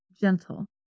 gentle